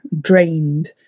drained